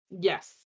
Yes